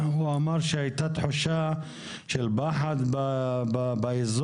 הוא אמר שהייתה תחושה של פחד באזור.